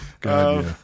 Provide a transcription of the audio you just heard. God